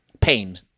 pain